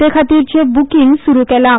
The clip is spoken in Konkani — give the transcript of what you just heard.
ते खातीरचें बुकींग सुरू केलां